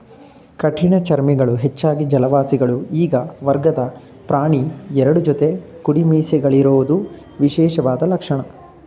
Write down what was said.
ಕಠಿಣಚರ್ಮಿಗಳು ಹೆಚ್ಚಾಗಿ ಜಲವಾಸಿಗಳು ಈ ವರ್ಗದ ಪ್ರಾಣಿ ಎರಡು ಜೊತೆ ಕುಡಿಮೀಸೆಗಳಿರೋದು ವಿಶೇಷವಾದ ಲಕ್ಷಣ